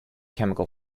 chemical